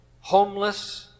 homeless